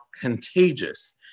contagious